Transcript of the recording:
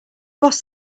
boss